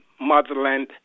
motherland